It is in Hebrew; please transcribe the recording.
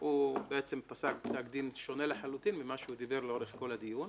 הוא פסק פסק-דין שונה לחלוטין ממה שהוא דיבר לאורך כל הדיון.